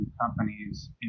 companies